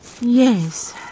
Yes